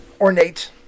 ornate